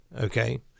okay